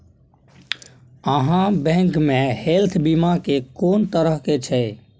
आहाँ बैंक मे हेल्थ बीमा के कोन तरह के छै?